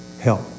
help